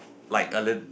like a lit~